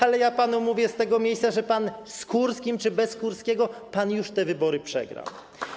Ale ja panu mówię z tego miejsca, że z Kurskim czy bez Kurskiego pan już te wybory przegrał.